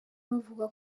bavuga